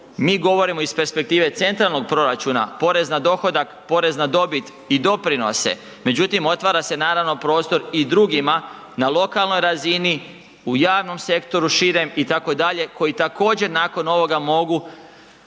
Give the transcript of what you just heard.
mi govorimo iz perspektive centralnog proračuna, porez na dohodak, porez na dobit i doprinose, međutim otvara se naravno prostori i drugima na lokalnoj razini, u javnom sektoru širem itd., koji također nakon ovoga mogu